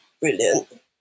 brilliant